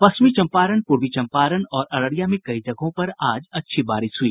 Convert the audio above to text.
पश्चिमी चंपारण पूर्वी चंपारण और अररिया में कई जगहों पर अच्छी बारिश हुई